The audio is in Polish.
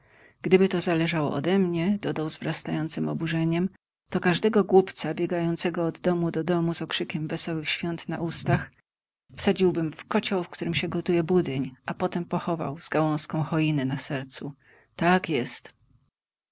gdyby to zależało ode mnie dodał z wzrastającem oburzeniem to każdego głupca biegającego od domu do domu z okrzykiem wesołych świąt na ustach wsadziłbym w kocioł w którym się gotuje budyń a potem pochował z gałązką choiny na sercu tak jest